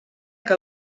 que